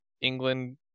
England